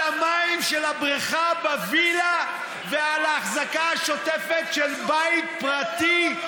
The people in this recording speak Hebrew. על המים של הבריכה בווילה ועל האחזקה השוטפת של בית פרטי?